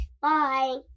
Bye